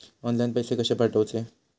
Online पैसे कशे पाठवचे?